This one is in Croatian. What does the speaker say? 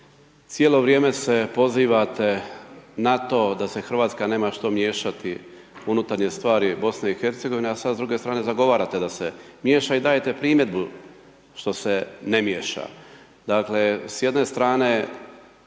cijelo vrijeme se pozivate na to da se Hrvatska nema što miješati u unutarnje stvari Bosne i Hercegovine, a sad s druge strane zagovarate da se miješa i dajete primjedbu što se ne miješa. Dakle, s jedne strane